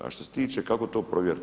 A što se tiče kako to provjeriti.